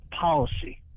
policy